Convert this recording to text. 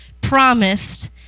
promised